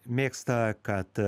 mėgsta kad